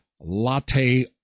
Latte